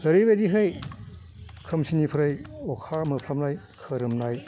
ओरैबायदिहै खोमसिनिफ्राय अखा मोफ्लामनाय खोरोमनाय